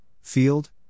field